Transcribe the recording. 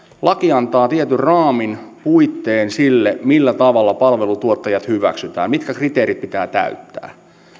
laki antaa tietyn raamin puitteen sille millä tavalla palvelutuottajat hyväksytään mitkä kriteerit pitää täyttää